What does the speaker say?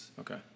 Okay